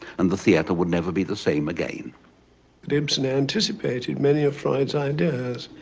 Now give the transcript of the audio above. and the theater would never be the same again. but ibsen anticipated many of freud's ideas,